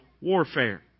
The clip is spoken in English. warfare